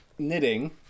knitting